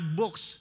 books